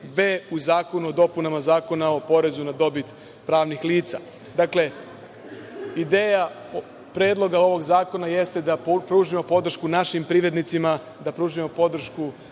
44b. u zakonu o dopunama Zakona o porezu na dobit pravnih lica. Ideja Predloga ovog zakona jeste da pružimo podršku našim privrednicima, da pružimo podršku